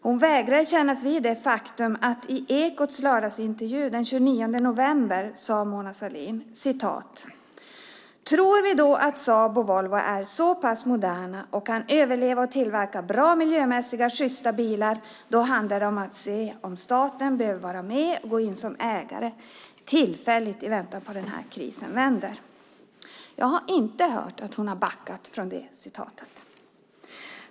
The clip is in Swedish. Hon vägrar att kännas vid det, men faktum är att hon i Ekots lördagsintervju den 29 november sade: "Tror vi då att Saab och Volvo är så pass moderna och kan överleva och tillverka bra, miljömässigt schysta bilar då handlar det om att se om staten behöver vara med och gå in som ägare tillfälligt, i vänta på att den här krisen vänder." Jag har inte hört att hon skulle ha backat från det citatet.